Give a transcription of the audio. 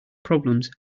problems